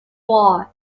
war